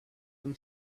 them